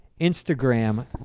Instagram